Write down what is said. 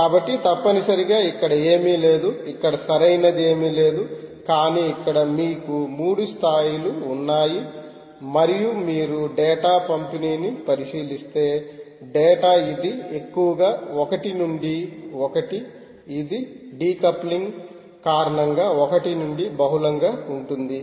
కాబట్టి తప్పనిసరిగా ఇక్కడ ఏమీ లేదు ఇక్కడ సరైనది ఏమీ లేదు కానీ ఇక్కడ మీకు 3 స్థాయిలు ఉన్నాయి మరియు మీరు డేటా పంపిణీని పరిశీలిస్తే డేటా ఇది ఎక్కువగా ఒకటి నుండి ఒకటి ఇది డీకప్లింగ్ కారణంగా ఒకటి నుండి బహుళంగా ఉంటుంధి